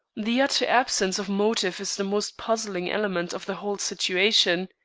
the utter absence of motive is the most puzzling element of the whole situation.